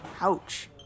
Ouch